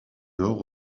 nord